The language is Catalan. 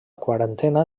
quarantena